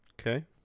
Okay